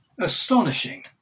astonishing